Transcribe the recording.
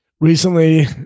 Recently